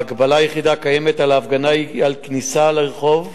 ההגבלה היחידה הקיימת על ההפגנה היא על כניסה לרחוב,